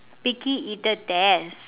picky eater test